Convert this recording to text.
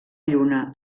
lluna